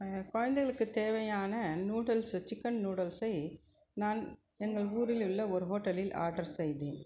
குழந்தைகளுக்கு தேவையான noodles chicken நூடுல்சை நான் எங்கள் ஊரில் உள்ள ஒரு ஹோட்டலில் ஆடர் செய்தேன்